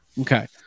Okay